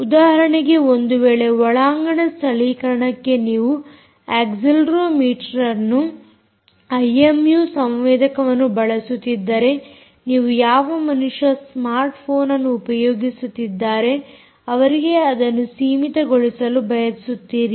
ಉದಾಹರಣೆಗೆ ಒಂದು ವೇಳೆ ಒಳಾಂಗಣದ ಸ್ಥಳೀಕರಣಕ್ಕೆ ನೀವು ಅಕ್ಸೆಲೆರೋಮೀಟರ್ಅನ್ನು ಐಎಮ್ಯೂ ಸಂವೇದಕವನ್ನು ಬಳಸಬೇಕಿದ್ದರೆ ನೀವು ಯಾವ ಮನುಷ್ಯ ಸ್ಮಾರ್ಟ್ ಫೋನ್ಅನ್ನು ಉಪಯೋಗಿಸುತ್ತಿದ್ದಾರೆ ಅವರಿಗೆ ಅದನ್ನು ಸೀಮಿತಗೊಳಿಸಲು ಬಯಸುತ್ತೀರಿ